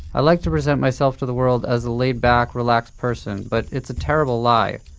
i like to present myself to the world as a laid back, relaxed person, but it's a terrible lie,